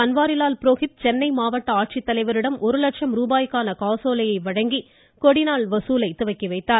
பன்வாரிலால் புரோஹித் சென்னை மாவட்ட ஆட்சித்தலைவரிடம் ஒரு லட்சம் ரூபாய்க்கான காசோலையை வழங்கி கொடிநாள் வசூலை துவக்கி வைத்தார்